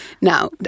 Now